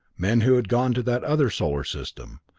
men who had gone to that other solar system,